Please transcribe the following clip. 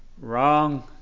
wrong